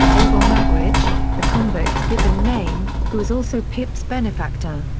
abel magwitch, the convict's given name, who is also pip's benefactor.